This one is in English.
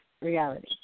reality